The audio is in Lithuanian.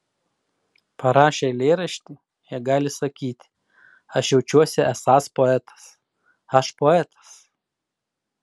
parašę eilėraštį jie gali sakyti aš jaučiuosi esąs poetas aš poetas